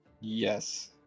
yes